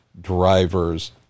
drivers